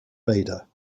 vader